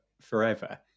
forever